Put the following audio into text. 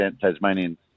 Tasmanian